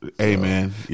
Amen